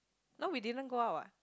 no we didn't go out what